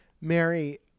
Mary